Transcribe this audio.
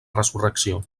resurrecció